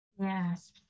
Yes